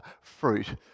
fruit